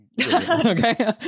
okay